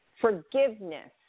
forgiveness